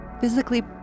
physically